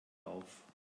auf